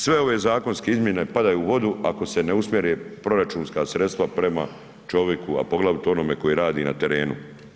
Sve ove zakonske izmjene padaju u vodu ako se ne usmjere proračunska sredstva prema čovjeku, a poglavito onome koji radi na terenu.